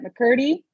McCurdy